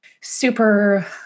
super